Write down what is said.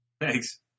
Thanks